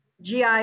GI